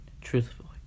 truthfully